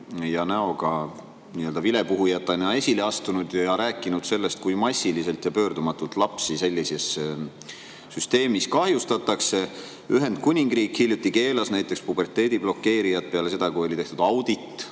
ja näoga nii-öelda vilepuhujatena esile astunud ja rääkinud sellest, kui massiliselt ja pöördumatult lapsi sellises süsteemis kahjustatakse. Ühendkuningriik hiljuti keelas näiteks puberteedi blokeerijad peale seda, kui oli tehtud audit